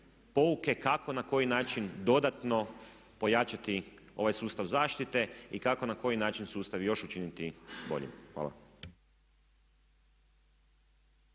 pouke kako, na koji način dodatno pojačati ovaj sustav zaštite i kako na koji način sustav još učiniti boljim. Hvala.